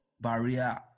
barrier